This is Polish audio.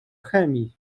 chemii